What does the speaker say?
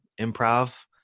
improv